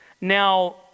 Now